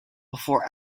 before